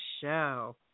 show